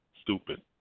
stupid